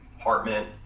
apartment